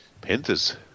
Panthers